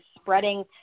spreading